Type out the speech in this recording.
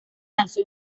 lanzó